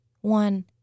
One